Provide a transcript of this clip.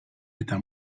eta